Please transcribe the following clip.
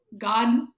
God